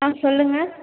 ஆ சொல்லுங்கள்